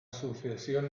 sucesión